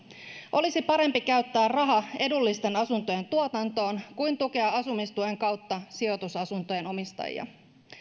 olisi parempi käyttää raha edullisten asuntojen tuotantoon kuin tukea asumistuen kautta sijoitusasuntojen omistajia